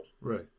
Right